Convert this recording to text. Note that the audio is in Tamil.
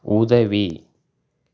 உதவி